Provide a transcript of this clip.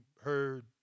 heard